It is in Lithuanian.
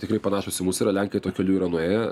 tikrai panašūs į mus yra lenkai tuo keliu yra nuėję